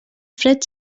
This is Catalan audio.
fred